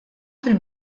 fil